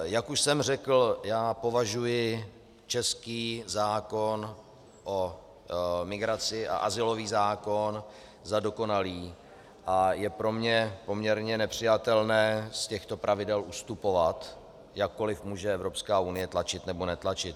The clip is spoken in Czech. Jak už jsem řekl, já považuji český zákon o migraci a azylový zákon za dokonalý a je pro mě poměrně nepřijatelné z těchto pravidel ustupovat, jakkoliv může Evropská unie tlačit nebo netlačit.